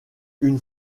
une